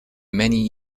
many